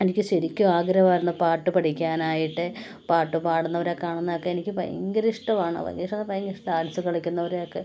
എനിക്ക് ശരിക്കും ആഗ്രഹമായിരുന്നു പാട്ട് പഠിക്കാനായിട്ട് പാട്ട് പാടുന്നവരെ കാണുന്നതൊക്കെ എനിക്ക് ഭയങ്കര ഇഷ്ടമാണ് വാദ്യോപകരണം ഭയങ്കര ഡാൻസ് കളിക്കുന്നവരെയൊക്കെ